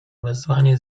wezwanie